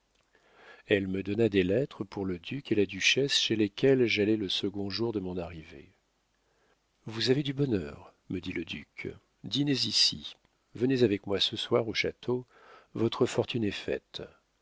elle me donna des lettres pour le duc et la duchesse chez lesquels j'allai le second jour de mon arrivée vous avez du bonheur me dit le duc dînez ici venez avec moi ce soir au château votre fortune est faite